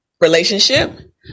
relationship